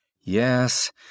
Yes